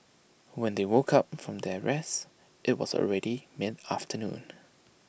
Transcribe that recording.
when they woke up from their rest IT was already mid afternoon